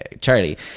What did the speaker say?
charlie